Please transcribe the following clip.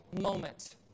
moment